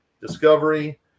discovery